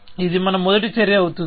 ఇది మన మొదటి చర్య అవుతుంది